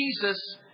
Jesus